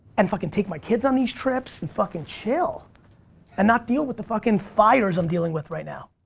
and fuckin' take my kids on these trips and fuckin' chill and not deal with the fuckin' fires i'm dealing with right now.